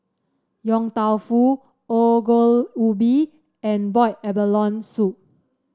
Yong Tau Foo Ongol Ubi and Boiled Abalone Soup